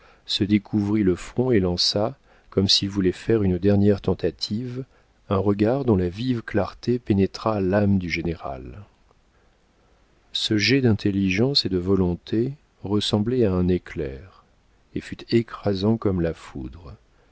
se découvrit le front et lança comme s'il voulait faire une dernière tentative un regard dont la vive clarté pénétra l'âme du général ce jet d'intelligence et de volonté ressemblait à un éclair et fut écrasant comme la foudre